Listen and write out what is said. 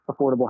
affordable